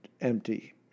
empty